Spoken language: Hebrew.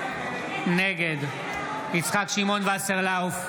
נגד יצחק שמעון וסרלאוף,